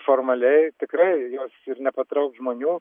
formaliai tikrai jos ir nepatrauks žmonių